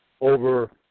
over